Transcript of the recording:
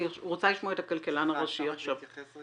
אני רוצה לשמוע את הכלכלן הראשי עכשיו.